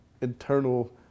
internal